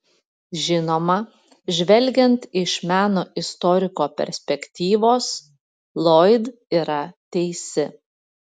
žinoma žvelgiant iš meno istoriko perspektyvos loyd yra teisi